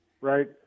right